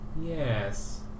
Yes